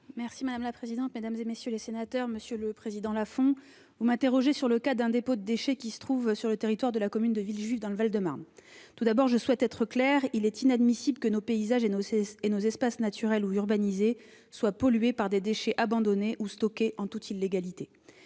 ? La parole est à Mme la secrétaire d'État. Monsieur le sénateur Lafon, vous m'interrogez sur le cas d'un dépôt de déchets qui se trouve sur le territoire de la commune de Villejuif dans le Val-de-Marne. Tout d'abord, je souhaite être claire : il est inadmissible que nos paysages et nos espaces naturels ou urbanisés soient pollués par des déchets abandonnés ou stockés en toute illégalité.